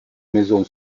maison